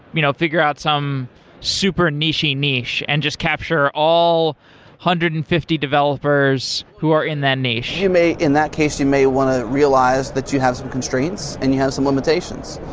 you know, figure out some super nichy niche and just capture all one hundred and fifty developers who are in that niche? you may, in that case you may want to realize that you have some constraints and you have some limitations.